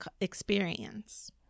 experience